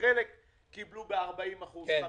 חלק קיבלו 40%, 50%,